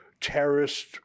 terrorist